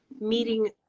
meeting